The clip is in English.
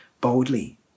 boldly